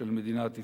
של מדינת ישראל.